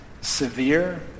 severe